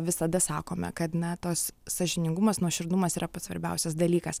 visada sakome kad na tos sąžiningumas nuoširdumas yra pats svarbiausias dalykas